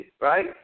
right